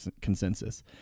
consensus